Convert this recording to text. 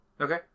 Okay